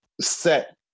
set